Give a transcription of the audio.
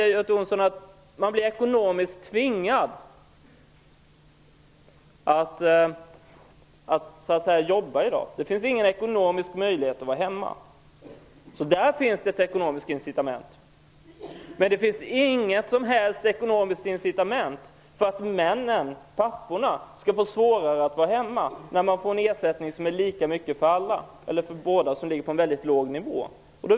Göte Jonsson säger att man i dag ekonomiskt blir tvingad att jobba. Det finns inga möjligheter ekonomiskt att vara hemma. Där finns alltså ett ekonomiskt incitament. Men det finns inte något som helst ekonomiskt incitament för att männen, papporna, skall få svårare att vara hemma när man får en ersättning som är lika för båda och som ligger på en väldigt låg nivå.